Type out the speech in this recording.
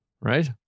right